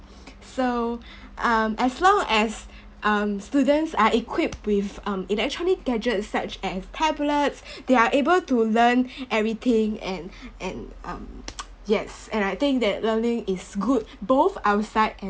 so um as long as um students are equipped with um electronic gadgets such as tablets they are able to learn everything and and um yes and I think that learning is good both outside and